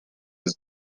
his